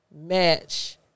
match